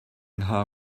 nghae